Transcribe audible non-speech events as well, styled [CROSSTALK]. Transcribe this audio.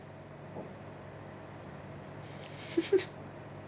[LAUGHS]